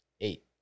eight